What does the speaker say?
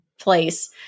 place